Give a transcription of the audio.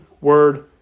word